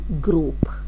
group